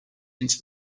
into